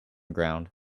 ground